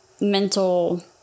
mental